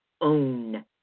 own